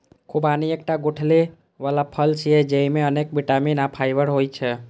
खुबानी एकटा गुठली बला फल छियै, जेइमे अनेक बिटामिन आ फाइबर होइ छै